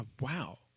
wow